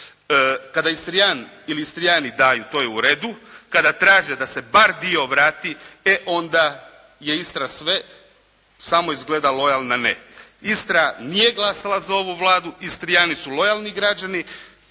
Kad Istrijan ili Istrijani daju to je u redu, kada traže da se bar dio vrati e onda je Istra sve samo izgleda lojalna ne. Istra nije glasala za ovu Vladu, Istrijani su lojalni građani